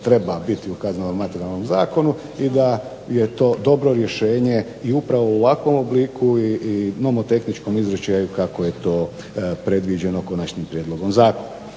treba biti u kaznenom materijalnom zakonu i da je to dobro rješenje i upravo u ovakvom obliku i nomotehničkom izričaju kako je to predviđeno konačnim prijedlogom zakona.